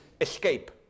escape